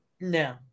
No